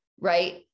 right